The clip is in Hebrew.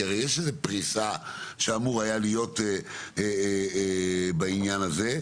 כי הרי יש איזו פריסה שאמורה הייתה להיות בעניין הזה.